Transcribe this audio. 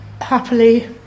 happily